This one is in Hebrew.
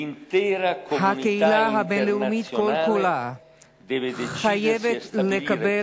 הקהילה הבין-לאומית כולה חייבת לקבל